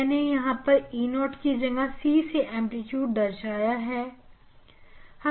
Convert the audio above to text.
मैंने यहां पर E0 की जगह C से एंप्लीट्यूड दर्शाया है